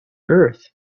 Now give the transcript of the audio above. earth